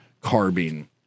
carbine